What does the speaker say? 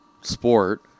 sport